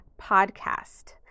PODCAST